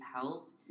help